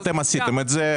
אתם עשיתם את זה.